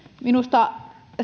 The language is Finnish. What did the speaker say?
minusta